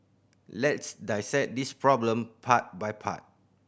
let's dissect this problem part by part